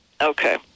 Okay